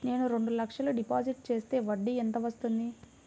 నేను రెండు లక్షల డిపాజిట్ చేస్తే వడ్డీ ఎంత వస్తుంది?